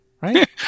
right